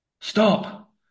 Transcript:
stop